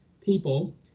people